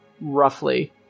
roughly